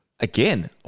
again